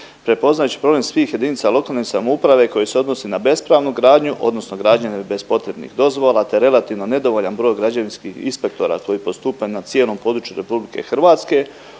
prepoznajući problem svih jedinica lokalne samouprave koji se odnosi na bespravnu gradnju odnosno građenje bez potrebnih dozvola te relativno nedovoljan broj građevinskih inspektora koji postupaju na cijelom području RH, ovim zakonom